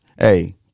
Hey